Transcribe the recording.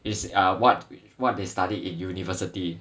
is uh what what they studied in university